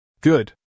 Good